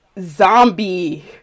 Zombie